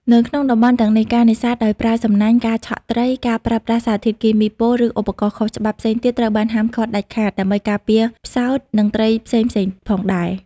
នៅក្នុងតំបន់ទាំងនេះ ការនេសាទដោយប្រើសំណាញ់ ការឆក់ត្រី ការប្រើប្រាស់សារធាតុគីមីពុល ឬឧបករណ៍ខុសច្បាប់ផ្សេងទៀតត្រូវបានហាមឃាត់ដាច់ខាត ដើម្បីការពារផ្សោតនិងត្រីផ្សេងៗផងដែរ។